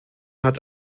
hat